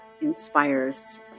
inspires